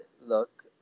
look